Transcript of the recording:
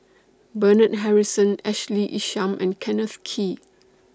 Bernard Harrison Ashley Isham and Kenneth Kee